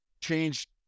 changed